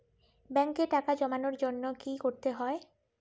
ব্যাংকে টাকা জমানোর জন্য কি কি করতে হয়?